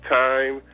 time